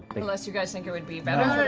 but unless you guys think it would be better?